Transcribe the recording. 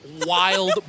wild